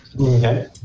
Okay